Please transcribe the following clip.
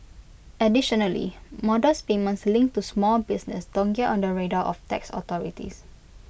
additionally modest payments linked to small business don't get on the radar of tax authorities